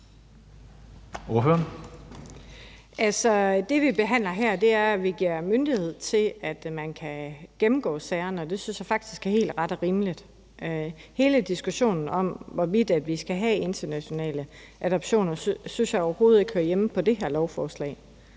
det, vi behandler her, er, at vi giver myndighed til, at man kan gennemgå sagerne, og det synes jeg faktisk er helt ret og rimeligt. Hele diskussionen om, hvorvidt vi skal have internationale adoptioner, synes jeg overhovedet ikke hører hjemme i forbindelse med det her lovforslag.